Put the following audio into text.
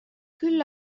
küll